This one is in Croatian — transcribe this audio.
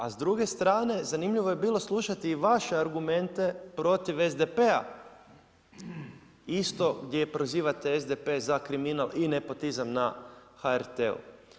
A s druge strane zanimljivo je bilo slušati i vaše argumente protiv SDP-a isto gdje prozivate SDP za kriminal i nepotizam na HRT-u.